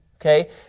okay